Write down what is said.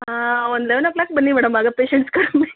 ಒಂದು eleven o'clock ಬನ್ನಿ madam ಆಗ ಪೇಶಂಟ್ಸ್ ಕಮ್ಮಿ